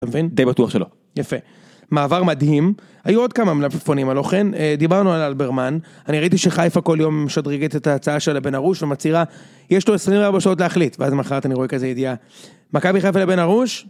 די בטוח שלא. יפה. מעבר מדהים היו עוד כמה מלפפונים הלא כן דיברנו על אלברמן אני ראיתי שחיפה כל יום משדרגת את ההצעה של הבן ארוש ומצהירה יש לו 24 שעות להחליט, ואז מחר אני רואה כזה ידיעה מקבי חיפה לבן ארוש